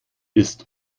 ist